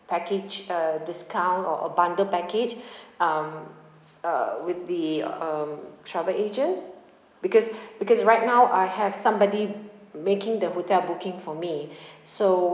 package uh discount or a bundle package um uh with the um travel agent because because right now I have somebody making the hotel booking for me so